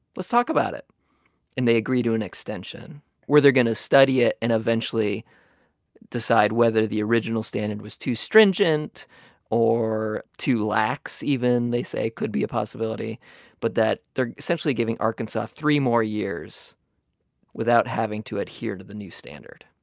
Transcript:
let's talk about it and they agree to an extension where they're going to study it and eventually decide whether the original standard was too stringent or too lax even they say it could be a possibility but that they're essentially giving arkansas three more years without having to adhere to the new standard.